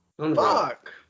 Fuck